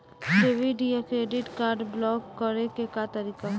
Debit या credit card block करे के का तरीका ह?